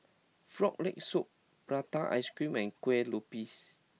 Frog Leg Soup Prata Ice Cream and Kueh Lopes